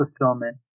fulfillment